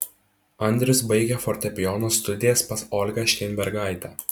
andrius baigė fortepijono studijas pas olgą šteinbergaitę